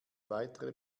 weitere